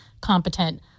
competent